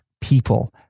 people